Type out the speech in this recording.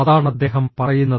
അതാണദ്ദേഹം പറയുന്നത്